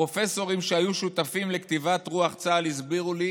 הפרופסורים שהיו שותפים לכתיבת רוח צה"ל הסבירו לי